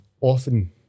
often